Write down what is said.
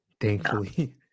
Thankfully